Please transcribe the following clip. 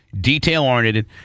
detail-oriented